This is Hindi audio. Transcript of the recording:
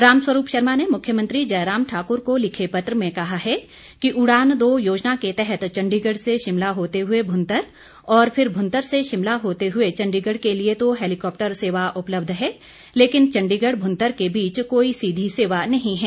राम स्वरूप शर्मा ने मुख्यमंत्री जयराम ठाक्र को लिखे पत्र में कहा है कि उड़ान दो योजना के तहत चण्डीगढ़ से शिमला होते हुए भुंतर और फिर भुंतर से शिमला होते हुए चण्डीगढ़ के लिए तो हैलीकॉप्टर सेवा उपलब्ध है लेकिन चण्डीगढ़ भुंतर के बीच कोई सीधी सेवा नहीं है